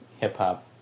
hip-hop